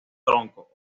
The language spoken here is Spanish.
tronco